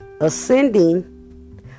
ascending